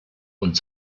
und